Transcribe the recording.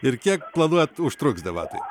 ir kiek planuojat užtruks debatai